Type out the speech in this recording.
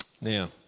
Now